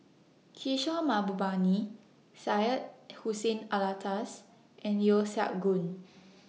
Kishore Mahbubani Syed Hussein Alatas and Yeo Siak Goon